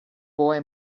boy